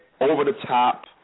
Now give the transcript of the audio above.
over-the-top